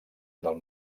del